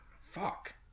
Fuck